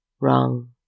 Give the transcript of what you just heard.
wrong